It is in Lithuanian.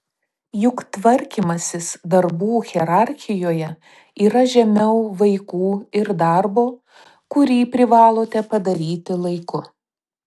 juk tvarkymasis darbų hierarchijoje yra žemiau vaikų ir darbo kurį privalote padaryti laiku